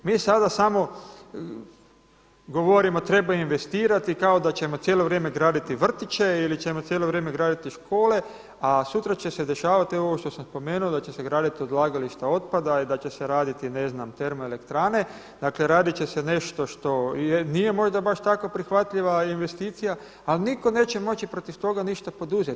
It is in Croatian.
Mi sada samo govorimo treba investirati kao da ćemo cijelo vrijeme graditi vrtiće ili ćemo cijelo vrijeme graditi škole, a sutra će se dešavati ovo što sam spomenuo da će se graditi odlagališta otpada i da će se raditi termoelektrane, dakle radit će se nešto što nije možda baš tako prihvatljiva investicija, ali nitko neće moći ništa protiv toga ništa poduzeti.